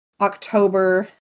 October